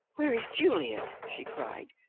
where is juliet? she cried.